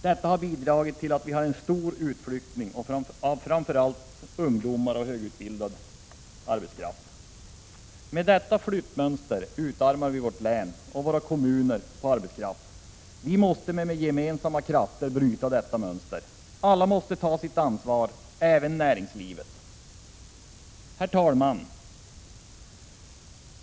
Detta har bidragit till en stor utflyttning av framför allt ungdomar och högutbildad arbetskraft. Med detta flyttmönster utarmas vårt län och våra kommuner på arbetskraft, och vi måste med gemensamma krafter bryta detta mönster. Alla måste ta sitt ansvar, även näringslivet. Herr talman!